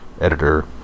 editor